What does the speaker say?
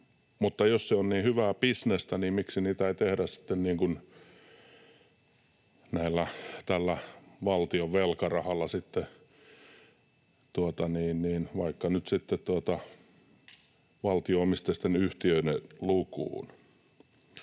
Mutta jos se on niin hyvää bisnestä, niin miksi sitä ei tehdä sitten valtion velkarahalla, vaikka nyt sitten valtio-omisteisten yhtiöiden lukuun?